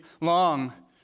long